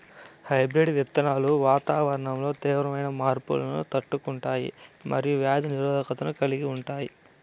hybrid విత్తనాలు వాతావరణంలో తీవ్రమైన మార్పులను తట్టుకుంటాయి మరియు వ్యాధి నిరోధకతను కలిగి ఉంటాయి